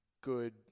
good